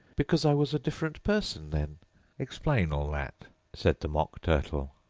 because i was a different person then explain all that said the mock turtle.